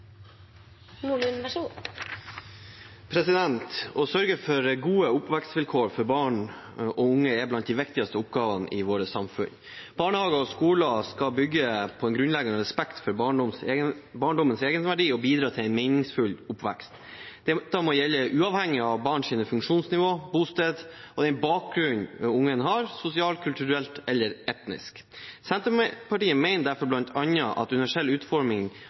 blant de viktigste oppgavene i vårt samfunn. Barnehager og skoler skal bygge på en grunnleggende respekt for barndommens egenverdi og bidra til en meningsfull oppvekst. Det må gjelde uavhengig av barns funksjonsnivå, bosted og den bakgrunn barnet har, sosialt, kulturelt eller etnisk. Senterpartiet mener derfor bl.a. at universell utforming